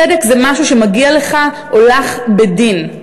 צדק זה משהו שמגיע לךָ או לךְ בדין.